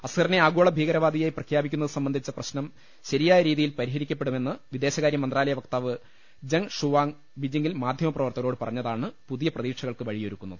അസ്ഹറിനെ ആഗോളഭീകരവാദിയായി പ്രഖ്യാപിക്കുന്നത് സംബന്ധിച്ച പ്രശ്നം ശരിയായ രീതിയിൽ പരിഹരിക്കപ്പെടുമെന്ന് വിദേശകാര്യമന്ത്രാ ലയ വക്താവ് ജംഗ്ഷുവാങ് ബിജിങ്ങിൽ മാധ്യമപ്രവർത്തകരോട് പറഞ്ഞതാണ് പുതിയ പ്രതീക്ഷകൾക്ക് വഴിയൊരുക്കുന്നത്